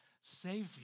Savior